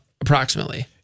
approximately